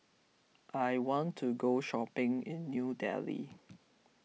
I want to go shopping in New Delhi